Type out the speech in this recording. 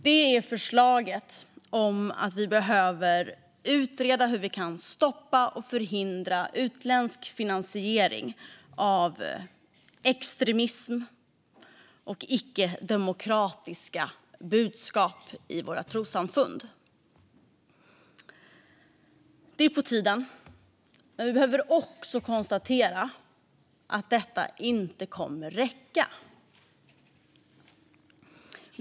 Det är förslaget om att vi behöver utreda hur vi kan stoppa och förhindra utländsk finansiering av extremism och icke-demokratiska budskap i våra trossamfund. Det är på tiden. Men vi behöver också konstatera att detta inte kommer att räcka.